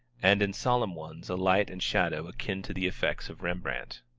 and in solemn ones a light and shadow akin to the effects of rembrandt.